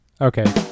Okay